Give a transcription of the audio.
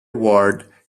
ward